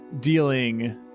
dealing